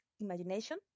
imagination